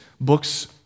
books